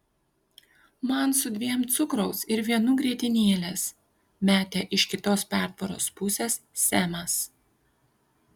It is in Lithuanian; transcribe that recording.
man su dviem cukraus ir vienu grietinėlės metė iš kitos pertvaros pusės semas